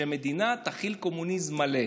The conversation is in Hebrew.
שהמדינה תחיל קומוניזם מלא.